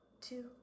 two